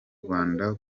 rwanda